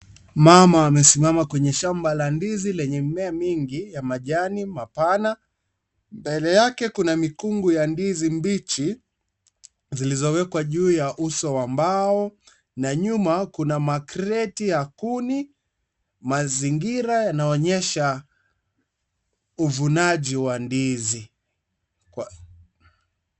Mama amesimama kwenye shamba la ndizi lenye mimea mingi ya majani mapana. Mbele yake kuna mikungu ya ndizi mbichi zilizowekwa juu ya uso wa mbao na nyuma kuna makreti ya kuni. Mazingira yanaonyesha uvunaji wa ndizi.